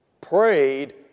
prayed